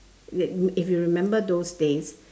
like if you remember those days